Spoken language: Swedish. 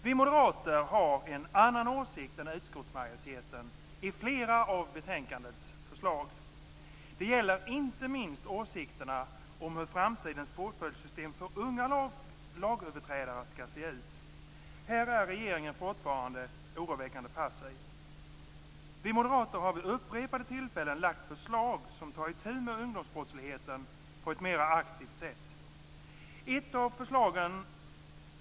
Vi moderater har en annan åsikt än utskottsmajoriteten om flera av betänkandets förslag. Det gäller inte minst åsikterna om hur framtidens påföljdssystem för unga lagöverträdare skall se ut. Här är regeringen fortfarande oroväckande passiv. Vi moderater har vid upprepade tillfällen lagt fram förslag som tar itu med ungdomsbrottsligheten på ett mer aktivt sätt.